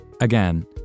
Again